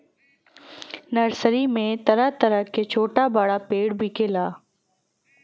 nursery में तरह तरह क छोटा बड़ा पेड़ बिकला